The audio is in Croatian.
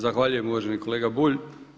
Zahvaljujem uvaženi kolega Bulj.